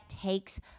takes